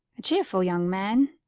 a cheerful young man.